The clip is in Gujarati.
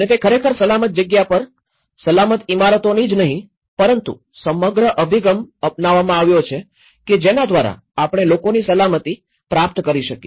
અને તે ખરેખર સલામત જગ્યા પર સલામત ઇમારતોની જ નહીં પરંતુ સમગ્ર અભિગમ અપનાવવામાં આવ્યો છે કે જેના દ્વારા આપણે લોકોની સલામતી પ્રાપ્ત કરી શકીએ